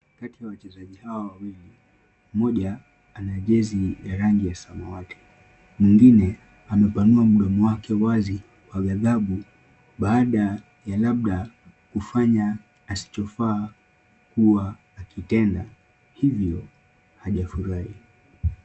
Kati ya wachezaji hawa wawili mmoja ana jezi ya rangi ya samawati. Mwingine amepanua mdomo wake wazi kwa ghadhabu baada ya labda kufanya asichofaa kuwa akitenda hivyo hajafurahi.